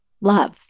love